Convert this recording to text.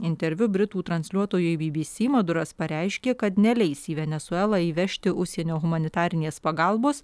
interviu britų transliuotojui bibisi maduras pareiškė kad neleis į venesuelą įvežti užsienio humanitarinės pagalbos